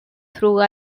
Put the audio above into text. through